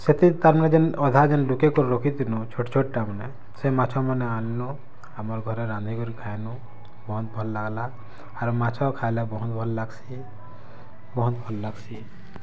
ସେଥିର୍ ତାର୍ମାନେ ଯେନ୍ ଅଧା ଯେନ୍ ଲୁକେଇ କରି ରଖିଥିନୁଁ ଛୋଟ୍ ଛୋଟ୍ ଟା ମାନେ ସେ ମାଛ ମାନେ ଆନଲୁଁ ଆମର୍ ଘରେ ରାନ୍ଧିକରି ଖାଇଲୁଁ ବହୁତ ଭଲ୍ ଲାଗ୍ଲା ଆର୍ ମାଛ ଖାଏଲେ ବହୁତ୍ ଭଲ୍ ଲାଗ୍ସି ବହୁତ୍ ଭଲ୍ ଲାଗ୍ସି